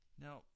Now